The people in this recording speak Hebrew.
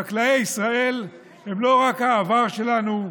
חקלאי ישראל הם לא רק העבר שלנו,